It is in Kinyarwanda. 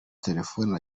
telefoni